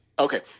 Okay